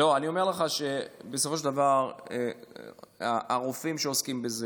אני אומר לך שבסופו של דבר הרופאים שעוסקים בזה,